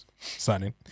Signing